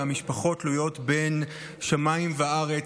והמשפחות תלויות בין שמיים וארץ,